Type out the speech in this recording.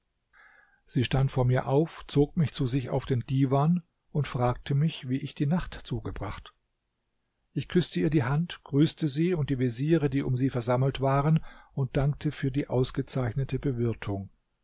sie stand vor mir auf zog mich zu sich auf den diwan und fragte mich wie ich die nacht zugebracht ich küßte ihr die hand grüßte sie und die veziere die um sie versammelt waren und dankte für die ausgezeichnete bewirtung